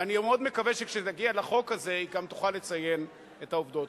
אני מאוד מקווה שכשנגיע לחוק הזה היא גם תוכל לציין את העובדות.